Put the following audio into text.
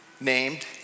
named